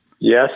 Yes